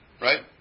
right